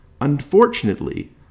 Unfortunately